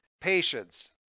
patience